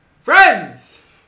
Friends